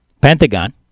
Pentagon